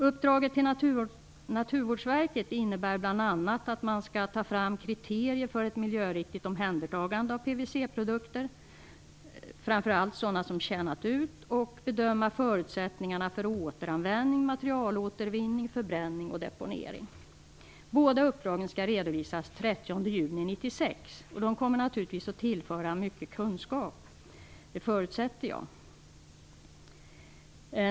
Uppdraget till Naturvårdsverket innebär bl.a. att man skall ta fram kriterier för ett miljöriktigt omhändertagande av PVC-produkter, framför allt sådana som tjänat ut, och bedöma förutsättningarna för återanvändning, materialåtervinning, förbränning och deponering. Båda uppdragen skall redovisas den 30 juni 1996. De kommer naturligtvis att tillföra mycket kunskap. Det förutsätter jag.